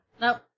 Nope